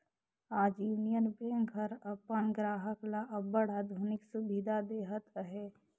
आज Union Bank हर अपन गराहक ल अब्बड़ आधुनिक सुबिधा देहत अहे